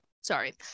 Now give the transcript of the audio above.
Sorry